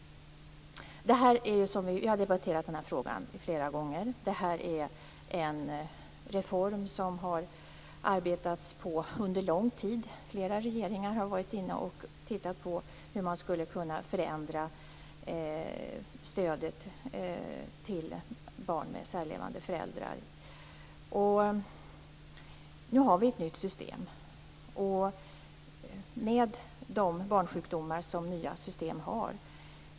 Vi har debatterat denna fråga flera gånger. Detta är en reform som har arbetats fram under lång tid. Flera regeringar har tittat på hur man skulle kunna förändra stödet till barn med särlevande föräldrar. Nu har vi ett nytt system med de barnsjukdomar som nya system har.